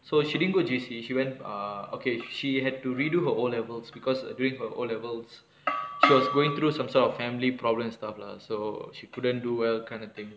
so she didn't go J_C she went ah okay she had to redo her O levels because during her O levels she was going through some sort of family problems and stuff lah so she couldn't do well kind of thing